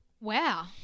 Wow